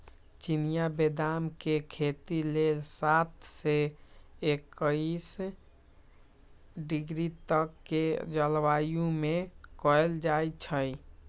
चिनियाँ बेदाम के खेती लेल सात से एकइस डिग्री तक के जलवायु में कएल जाइ छइ